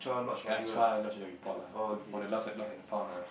Chua lodge a report lah for the for the lost and found ah